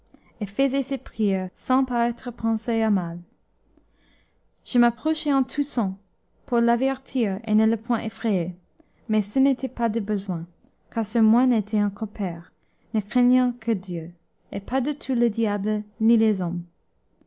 et faisait ses prières sans paraître penser à mal je m'approchai en toussant pour l'avertir et ne le point effrayer mais ce n'était pas de besoin car ce moine était un compère ne craignant que dieu et pas du tout le diable ni les hommes